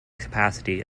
capacity